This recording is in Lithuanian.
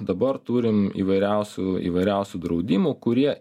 dabar turim įvairiausių įvairiausių draudimų kurie